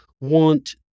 want